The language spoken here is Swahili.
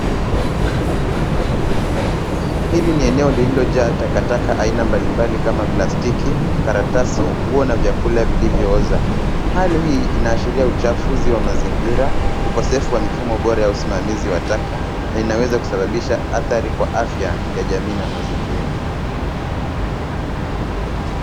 Hili ni eneo lililojaa takataka aina mbalimbali kama plastiki, karatasi, nguo na vyakula vilivyooza. Hali hii, inaashiria uchafuzi wa mazingira, ukosefu wa mifumo bora ya usimamizi wa taka na inaweza kusababisha athari kwa afya ya jamii na mazingira.